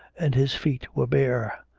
and his feet were bare.